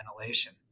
ventilation